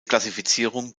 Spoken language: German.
klassifizierung